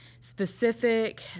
specific